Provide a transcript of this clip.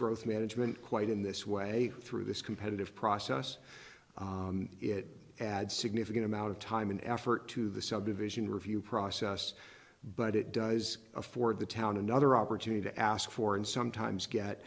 growth management quite in this way through this competitive process it adds significant amount of time and effort to the subdivision review process but it does afford the town another opportunity to ask for and sometimes get